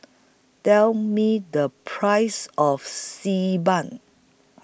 Tell Me The Price of Xi Ban